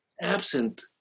absent